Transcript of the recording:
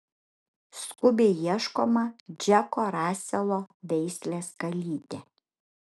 skubiai ieškoma džeko raselo veislės kalytė